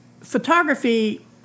Photography